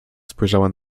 spojrzała